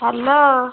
hello